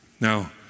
Now